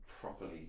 properly